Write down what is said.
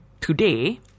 today